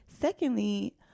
Secondly